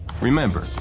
Remember